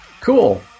Cool